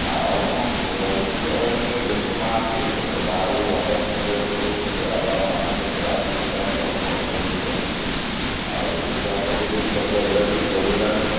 ଆଉ କ'ଣ କରିବା ଏଇଠି ତ ଏତେ ଲୋକ ନାହାନ୍ତି ସବୁ ତ ବାହାରକୁ ଦାଦନ ଖଟିବାକୁ ପଳାଉଛନ୍ତି ଆଉ ଆମମାନେ କେତେଟା ଅଛୁ ଏଇଠି ଷ୍ଟଲ୍ଫଲ୍ କରିକି ବସିଛୁ ଆଉ ସେନ୍ତା ସବୁ ଜିନିଷ ତ ରେଟ୍ ବି ବଢ଼ିଲାଣି